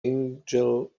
angel